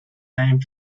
name